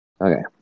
Okay